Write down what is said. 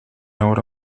ahora